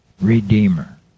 Redeemer